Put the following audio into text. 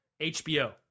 HBO